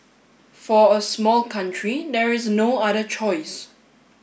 for a small country there is no other choice